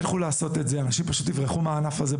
הם פשוט יברחו מהענף הזה.